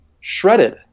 shredded